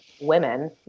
women